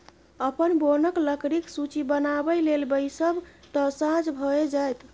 अपन बोनक लकड़ीक सूची बनाबय लेल बैसब तँ साझ भए जाएत